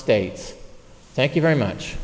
states thank you very much